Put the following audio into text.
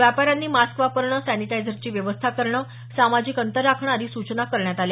व्यापाऱ्यांनाही mask वापरणं सॅनिटायझरची व्यवस्था करणं सामाजिक अंतर राखणं आदी सूचना करण्यात आल्या